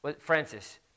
Francis